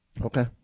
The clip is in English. Okay